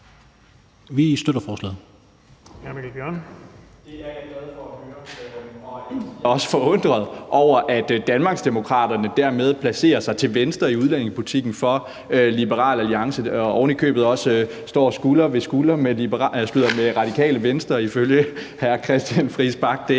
at høre, og jeg er også forundret over, at Danmarksdemokraterne dermed placerer sig til venstre for Liberal Alliance i udlændingepolitikken og ovenikøbet også står skulder ved skulder med Radikale Venstre, ifølge hr. Christian Friis Bach.